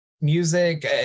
Music